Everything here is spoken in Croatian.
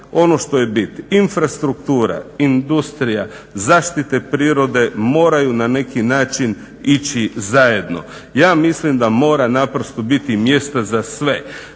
ono što je bit, infrastruktura, industrija zaštite prirode moraju na neki način ići zajedno. Ja mislim da mora naprosto biti mjesta za sve.